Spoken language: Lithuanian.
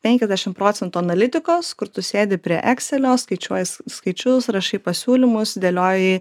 penkiasdešimt procentų analitikos kur tu sėdi prie ekselio skaičiuoji skaičius rašai pasiūlymus sudėlioji